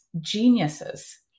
geniuses